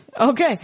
Okay